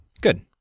Good